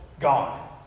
gone